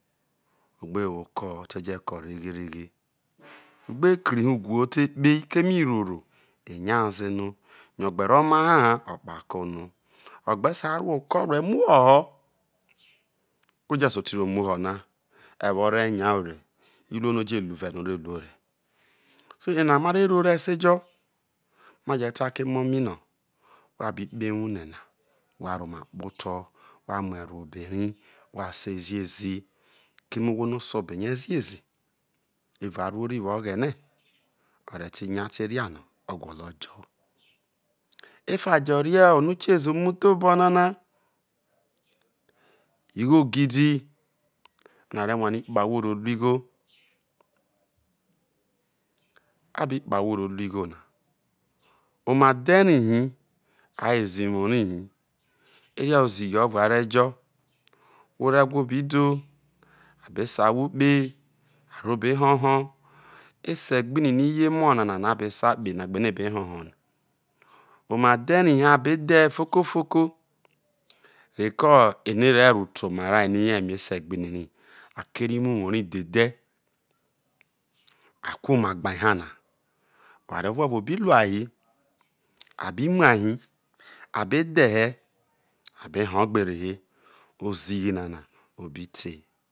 O gbe wo opoho o te̱ je ko reghe reghe o̱ gbekri hi uwhu o te kpei keme iroro enya eeno yo ogbe rro omaha ha okpako no o gbe sar rue̱ oko warie muho ho ko diese ote jomuho na iwo a re nya ore iruo no̱ oje ru vere na o rero ore fiki ere ena ma re roro esejo ma je ta ke̱ emo̱ maino whabi kpoho ewuhre na wha romakpo ro wha mueroho obe rati wha sei ziezi keme ohwono ose ebe rie ziezi evao aruonwo egbene a re te nyete o a no o gwolo efajo̱ne̱ ono ukieze evao umuthoboha na igho ugidi who a re wane kpe ahwo ro re igho a bi kpe ahwo ro ro igho naoma dhe rai hi a weze iwourai he ena ozoghi oro a re jo ore who bi do a be sa ahwoikpe, a rro obei ho oho esegbini no i ye emo na na no̱ a be sa kpena gbe eno̱ e be ho̱ oho na oma dhe rai hi abedhe foko foko reko eno ere rote rai no̱ iyo e̱me ibe gbine a keria umowou rai dhe dhe a ko oma gbai ha oware ovu ovo biwai hi a bi muai hi a be dhe he̱ a be̱ ho̱ gbere he ozighi nana o bite